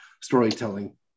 storytelling